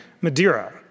Madeira